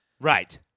right